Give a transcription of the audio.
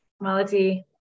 Malati